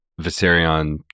Viserion